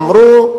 אמרו: